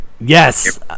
Yes